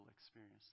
experience